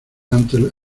antes